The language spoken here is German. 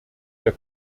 der